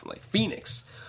Phoenix